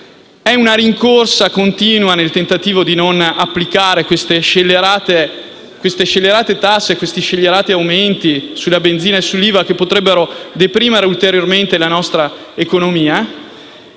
È una continua rincorsa nel tentativo di non applicare queste scellerate tasse e questi scellerati aumenti sull'IVA e sulla benzina, che potrebbero deprimere ulteriormente la nostra economia,